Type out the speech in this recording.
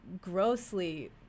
grossly